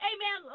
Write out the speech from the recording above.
Amen